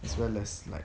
as well as like